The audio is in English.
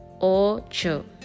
Ocho